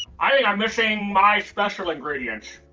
i mean i'm missing my special ingredients.